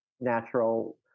natural